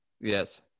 Yes